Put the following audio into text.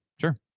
sure